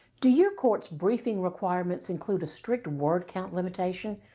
do your court's briefing requirements include a strict word count limitation?